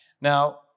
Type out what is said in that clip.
Now